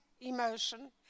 emotion